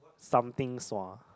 something sua